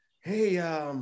Hey